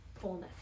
fullness